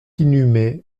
inhumé